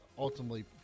Ultimately